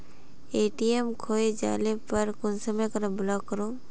ATM खोये जाले पर कुंसम करे ब्लॉक करूम?